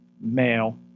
male